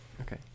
Okay